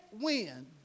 win